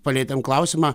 palietėm klausimą